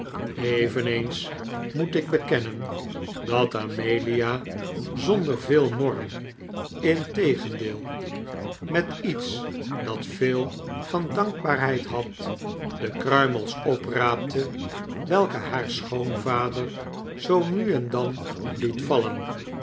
eveneens moet ik bekennen dat amelia zonder veel morren integendeel met iets dat veel van dankbaarheid had de kruimels opraapte welke haar schoonvader zoo nu en dan liet vallen